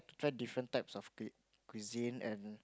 try different types of cu~ cuisine and